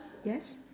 yes